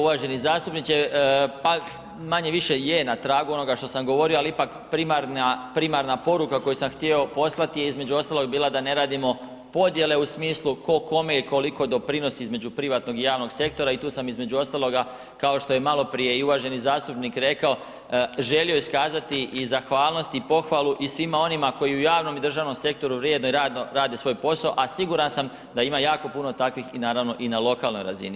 Uvaženi zastupniče, pa manje-više je na tragu onoga što sam govorio, ali primarna koju sam htio poslati je između ostalog bila da ne radimo podjele u smislu ko kome i koliko doprinosi između privatnog i javnog sektora i tu sam između ostaloga kao što je maloprije i uvaženi zastupnik rekao, želio iskazati i zahvalnost i pohvalu svima onima koji u javnom i državnom sektoru vrijedno i radno rade svoj posao, a siguran sam da ima jako puno takvih naravno i na lokalnoj razini.